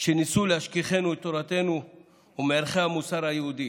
שניסו להשכיחנו מתורתנו ומערכי המוסר היהודי.